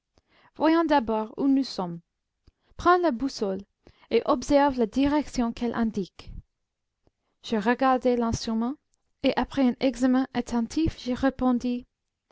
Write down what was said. voyons d'abord où nous sommes prends la boussole et observe la direction qu'elle indique je regardai l'instrument et après un examen attentif je répondis